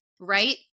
right